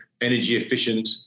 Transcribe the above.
energy-efficient